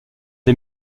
des